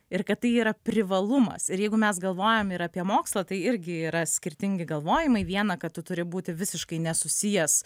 ir kad tai yra privalumas ir jeigu mes galvojam ir apie mokslą tai irgi yra skirtingi galvojimai viena kad tu turi būti visiškai nesusijęs